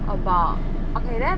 about okay then